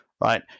right